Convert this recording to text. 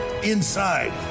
Inside